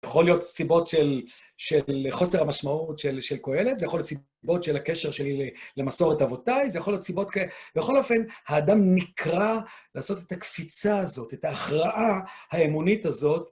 יכול להיות סיבות של... של חוסר המשמעות של של קהלת, זה יכול להיות סיבות של הקשר שלי למסורת אבותיי, זה יכול להיות סיבות כאלה, בכל אופן, האדם נקרא לעשות את הקפיצה הזאת, את ההכרעה האמונית הזאת.